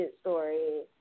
story